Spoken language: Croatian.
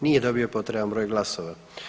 Nije dobio potreban broj glasova.